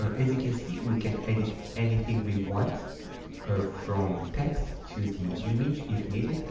ah as you can see we can edit anything we want from text to the image if needed